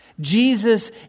Jesus